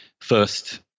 first